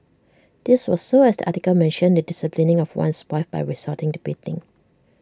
this was so as the article mentioned the disciplining of one's wife by resorting to beating